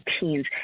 teens